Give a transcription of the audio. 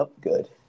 Good